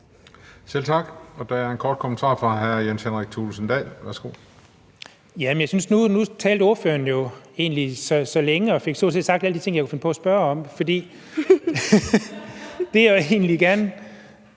Selv tak. Der er en kort bemærkning fra hr. Jens Henrik Thulesen Dahl. Værsgo. Kl. 12:24 Jens Henrik Thulesen Dahl (DF): Nu talte ordføreren jo egentlig så længe og fik stort set sagt alle de ting, jeg kunne finde på at spørge om. Det, jeg egentlig gerne